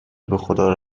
بخدا